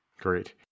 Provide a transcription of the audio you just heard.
Great